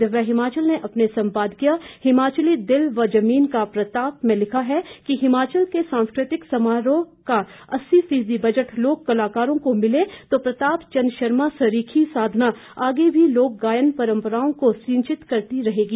दिव्य हिमाचल ने अपने संपादकीय हिमाचली दिल व जमीन का प्रताप में लिखा है कि हिमाचल के सांस्कृतिक समारोह का अस्सी फीसदी बजट लोककलाकारों को मिले तो प्रताप चंद शर्मा सरीखी साधना आगे भी लोकगायन परंपराओं को सिंचित करती रहेगी